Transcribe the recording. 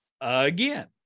again